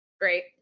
Great